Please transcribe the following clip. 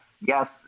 yes